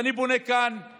ואני פונה כאן